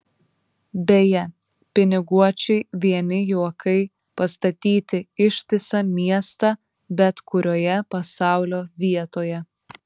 beje piniguočiui vieni juokai pastatyti ištisą miestą bet kurioje pasaulio vietoje